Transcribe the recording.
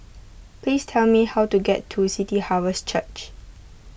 please tell me how to get to City Harvest Church